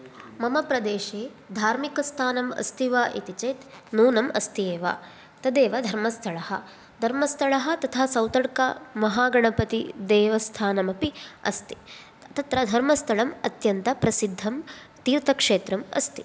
मम प्रदेशे धार्मिकस्थानम् अस्ति वा इति चेद् न्यूनम् अस्ति एव तदेव धर्मस्थलं धर्मस्थलं तथा सौतड्का महागणपतिदेवस्थानमपि अस्ति तत्र धर्मस्थलम् अत्यन्तप्रसिद्धं तीत्रक्षेत्रम् अस्ति